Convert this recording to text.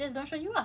you can reveal